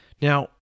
Now